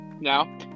Now